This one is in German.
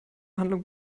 handlung